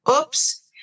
Oops